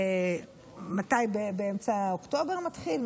מתי, באמצע אוקטובר מתחיל?